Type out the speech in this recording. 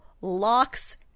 locks